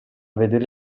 vedere